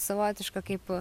savotišką kaip